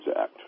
Act